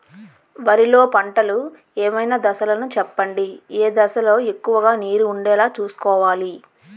వరిలో పంటలు ఏమైన దశ లను చెప్పండి? ఏ దశ లొ ఎక్కువుగా నీరు వుండేలా చుస్కోవలి?